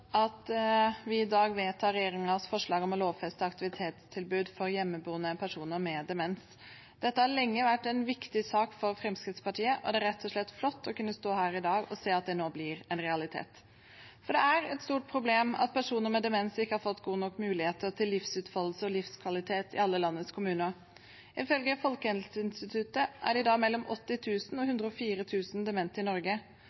at vi i dag vedtar regjeringens forslag om å lovfeste aktivitetstilbud til hjemmeboende personer med demens. Dette har lenge vært en viktig sak for Fremskrittspartiet, og det er rett og slett flott å kunne stå her i dag og si at det nå blir en realitet. For det er et stort problem at personer med demens ikke har fått god nok mulighet til livsutfoldelse, livskvalitet, i alle landets kommuner. Ifølge Folkehelseinstituttet er det i dag mellom 80 000 og 104 000 demente i Norge.